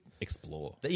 explore